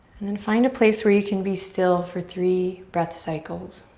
then find a place where you can be still for three breath cycles.